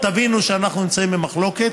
תבינו שאנחנו נמצאים במחלוקת.